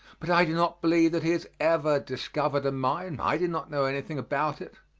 but i do not believe that he has ever discovered a mine i do not know anything about it,